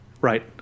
Right